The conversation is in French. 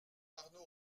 arnaud